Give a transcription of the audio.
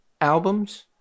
albums